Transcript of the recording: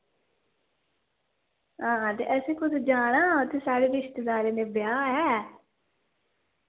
ते असें कुदै जाना ते उत्थें साढ़े कुदै रिश्तेदारें दे ब्याह् ऐ